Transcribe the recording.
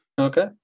okay